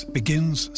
begins